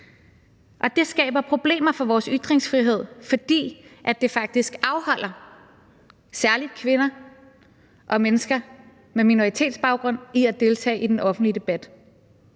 og det skaber problemer for vores ytringsfrihed, fordi det faktisk afholder særlig kvinder og mennesker med minoritetsbaggrund fra at deltage i den offentlige debat.